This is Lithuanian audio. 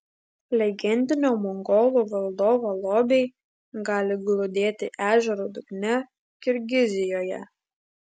legendinio mongolų valdovo lobiai gali glūdėti ežero dugne kirgizijoje